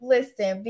Listen